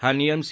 हानियम C